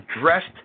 dressed